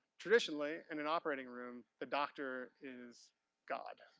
traditionally, in an operating room, the doctor is god.